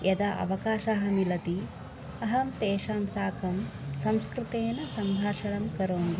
यदा अवकाशः मिलति अहं तेषां साकं संस्कृतेन सम्भाषणं करोमि